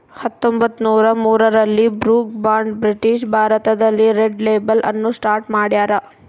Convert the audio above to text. ಹತ್ತೊಂಬತ್ತುನೂರ ಮೂರರಲ್ಲಿ Brooke Bond British ಭಾರತದಲ್ಲಿ ರೆಡ್ ಲೇಬಲ್ ಅನ್ನು ಸ್ಟಾರ್ಟ್ ಮಾಡ್ಯಾರ